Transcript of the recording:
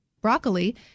broccoli